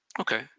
Okay